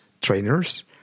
trainers